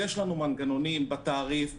יש לנו מנגנונים בתעריף,